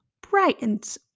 brightens